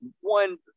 one